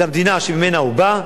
למדינה שממנה הוא בא,